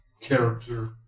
character